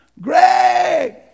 Greg